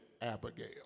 Abigail